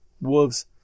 wolves